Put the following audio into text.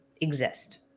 exist